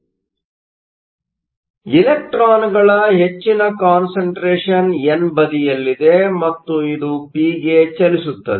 ಆದ್ದರಿಂದ ಇಲೆಕ್ಟ್ರಾನ್ಗಳ ಹೆಚ್ಚಿನ ಕಾನ್ಸಂಟ್ರೇಷನ್ ಎನ್ ಬದಿಯಲ್ಲಿದೆ ಮತ್ತು ಇದು ಪಿಗೆ ಚಲಿಸುತ್ತದೆ